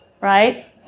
right